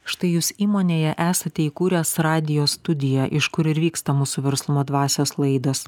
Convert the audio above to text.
štai jūs įmonėje esate įkūręs radijo studiją iš kur ir vyksta mūsų verslumo dvasios laidos